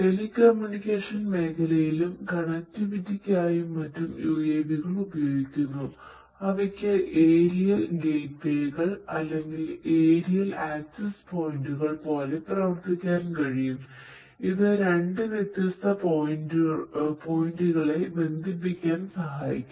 telecommunication ബന്ധിപ്പിക്കാൻ സഹായിക്കും